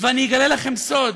ואני אגלה לכם סוד: